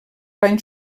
van